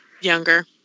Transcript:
younger